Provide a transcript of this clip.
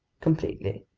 completely.